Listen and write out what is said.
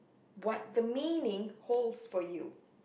what the meaning holds for you